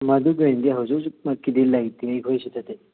ꯃꯗꯨꯒꯤ ꯑꯣꯏꯅꯗꯤ ꯍꯧꯖꯤꯛ ꯍꯧꯖꯤꯛ ꯃꯛꯀꯤꯗꯤ ꯂꯩꯇꯦ ꯑꯩꯈꯣꯏꯁꯤꯗꯗꯤ